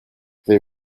they